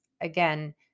again